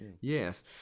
Yes